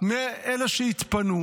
מאלה שהתפנו.